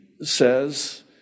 says